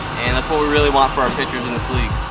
and that's what we really want for our pitchers in this league